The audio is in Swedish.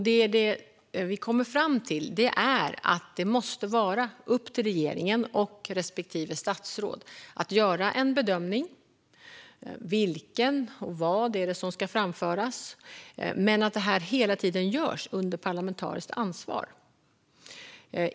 Det vi kommer fram till är att det måste vara upp till regeringen och respektive statsråd att göra en bedömning av vad som ska framföras men att detta hela tiden görs under parlamentariskt ansvar.